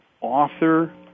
author